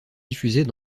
diffusés